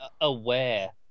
aware